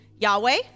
Yahweh